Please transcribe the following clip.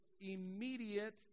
immediate